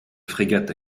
frégate